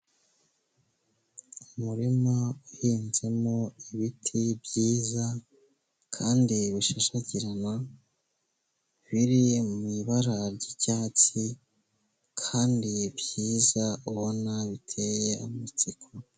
Umurima uhinzemo ibiti byiza kandi bishashagirana, biri mu ibara ry'icyatsi kandi byiza ubona biteye amatsiko.